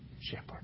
shepherd